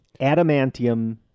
Adamantium